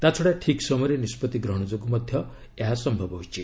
ତାଛଡ଼ା ଠିକ୍ ସମୟରେ ନିଷ୍ପଭି ଗ୍ରହଣ ଯୋଗୁଁ ମଧ୍ୟ ଏହା ସମ୍ଭବ ହୋଇଛି